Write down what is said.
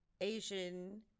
asian